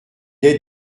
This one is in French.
est